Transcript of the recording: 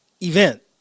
event